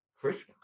Chris